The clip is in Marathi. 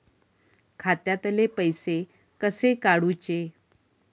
खात्यातले पैसे कसे काडूचे?